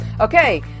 Okay